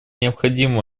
необходимым